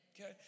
Okay